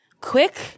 quick